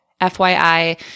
FYI